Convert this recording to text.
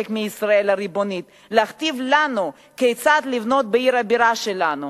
מישראל הריבונית להכתיב לנו כיצד לבנות בעיר הבירה שלנו?